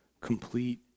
complete